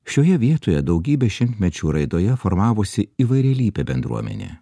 šioje vietoje daugybę šimtmečių raidoje formavosi įvairialypė bendruomenė